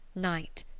night.